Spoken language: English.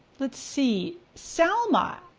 let's see, selma,